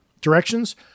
Directions